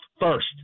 first